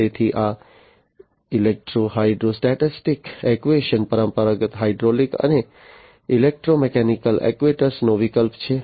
તેથી આ electro hydrostatic actuator -hydrostatic actuation પરંપરાગત હાઇડ્રોલિક અને ઇલેક્ટ્રોમિકેનિકલ એક્ટ્યુએટરનો વિકલ્પ છે